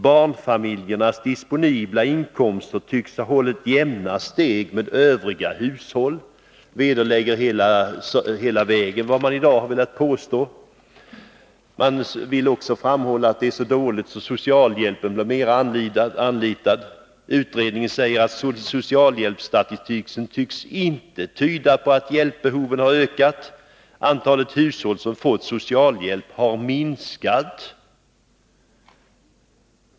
Barnfamiljernas disponibla inkomster tycks ha hållit jämna steg med de övriga hushållens, vilket helt vederlägger de påståenden som gjorts i dag. Man vill gärna hävda att folk har det så dåligt ställt att socialhjälpen anlitas mer och mer. Utredningen säger att socialhjälpsstatistiken inte tycks tyda på att hjälpbehovet har ökat. Antalet hushåll som fått socialhjälp har minskat.